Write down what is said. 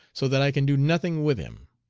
so that i can do nothing with him.